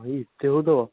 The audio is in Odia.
ଭାଇ ଏତେ ହେଉଥିବା